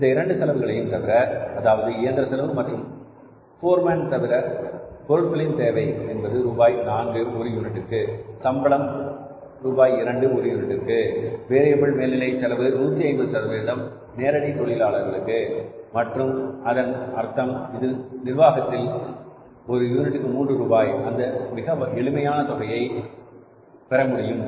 இந்த இரண்டு செலவுகளையும் தவிர அதாவது இயந்திர செலவு மற்றும் போர் மேன் தவிர பொருட்களின் தேவை என்பது ரூபாய் நான்கு ஒரு யூனிட்டிற்கு சம்பளம் ரூபாய் 2 ஒரு யூனிட்டிற்கு வேரியபில் மேல்நிலை செலவு 150 நேரடி தொழிலாளர்களுக்கு என்றால் அதன் அர்த்தம் நிறுவனத்திற்கு ஒரு யூனிட்டுக்கு 3 ரூபாய் அந்த மிக எளிமையாக தொகையை பெறமுடியும்